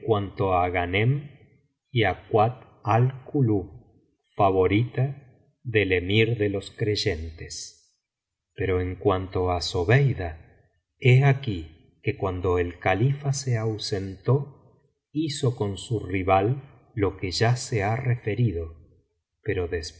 á ghanerb y á kuat al kulub favorita del emir de los creyentes pero en cuanto á zobekja he aquí que cuando el califa se ausentó hizo con su rival lo qye ya se ha referido pero